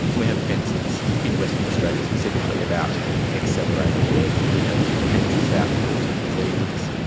and we have offences in western australia specifically about accelerating death. we have offences about causing diseases.